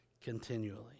continually